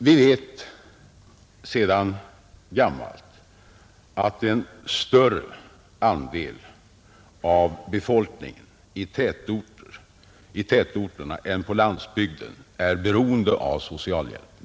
Vi vet sedan gammalt att en större andel av befolkningen i tätorterna än på landsbygden är beroende av socialhjälp.